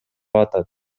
атат